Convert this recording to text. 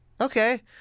Okay